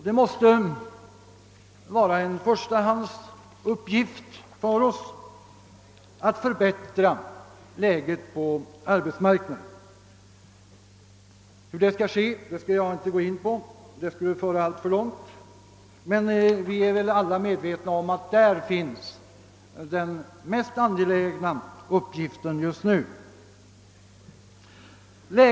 Det måste vara en förstahandsuppgift för oss att förbättra läget på arbetsmarknaden. Hur detta skall kunna genomföras skall jag dock inte här gå in på, eftersom det skulle föra alltför långt, men vi är väl alla medvetna om att vi på detta område har den mest angelägna uppgiften just nu.